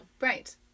right